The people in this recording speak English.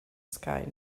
sky